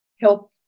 help